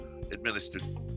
administered